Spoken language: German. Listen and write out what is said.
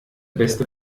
beste